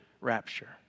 rapture